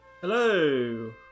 Hello